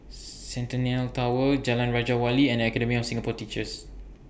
Centennial Tower Jalan Raja Wali and Academy of Singapore Teachers